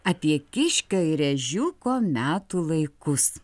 apie kiškio ir ežiuko metų laikus